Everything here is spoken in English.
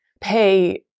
pay